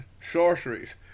sorceries